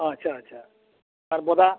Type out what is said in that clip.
ᱟᱪᱪᱷᱟ ᱟᱪᱪᱷᱟ ᱟᱨ ᱵᱚᱫᱟ